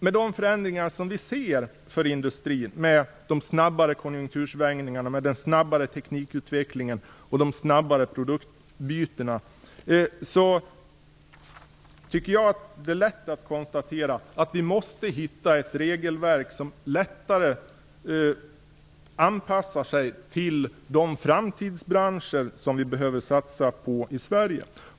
Med de förändringar som vi ser för industrin med snabbare konjunktursvängningar, snabbare teknikutveckling och snabbare produktbyten är det lätt att konstatera att vi måste hitta ett regelverk som lättare anpassar sig till de framtidsbranscher som vi behöver satsa på i Sverige.